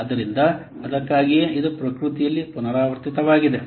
ಆದ್ದರಿಂದ ಅದಕ್ಕಾಗಿಯೇ ಇದು ಪ್ರಕೃತಿಯಲ್ಲಿ ಪುನರಾವರ್ತಿತವಾಗಿದೆ